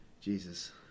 Jesus